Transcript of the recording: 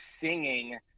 singing